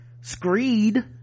screed